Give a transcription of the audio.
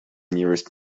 nearest